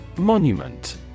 Monument